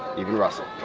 even russell.